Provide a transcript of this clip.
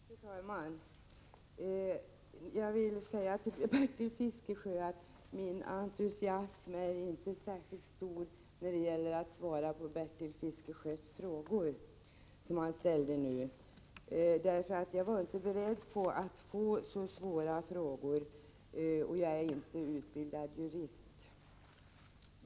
Fru talman! Jag vill säga till Bertil Fiskesjö att min entusiasm för att svara på de frågor som han nyss ställde inte är särskilt stor. Jag var inte beredd på att få så svåra frågor, och jag är inte heller utbildad jurist.